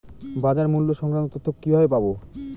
বাজার মূল্য সংক্রান্ত তথ্য কিভাবে পাবো?